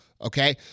Okay